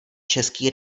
český